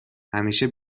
همیشه